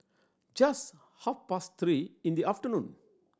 just half past three in the afternoon